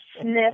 sniff